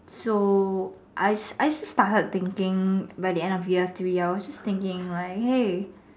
so I I just started thinking by the end of the year T_V L just thinking like hey